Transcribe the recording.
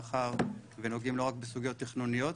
מאחר ונוגעים לא רק בסוגיות תכנוניות,